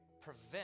prevent